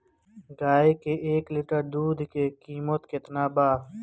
गाय के एक लीटर दूध के कीमत केतना बा?